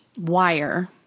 wire